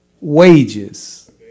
wages